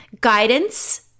guidance